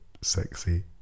sexy